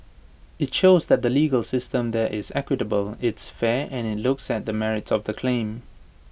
IT shows that the legal system there is equitable it's fair and IT looks at the merits of the claim